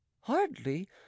Hardly